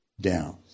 down